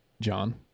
John